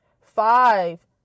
Five